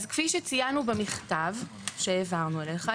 כפי שציינו במכתב שהעברנו אליך,